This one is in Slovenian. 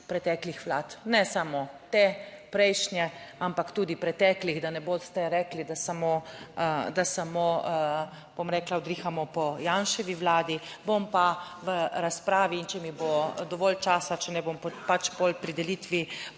preteklih vlad, ne samo te prejšnje, ampak tudi preteklih, da ne boste rekli, da samo, bom rekla, udrihamo po Janševi vladi, bom pa v razpravi. In če mi bo dovolj časa, če ne, bom pač pol pri delitvi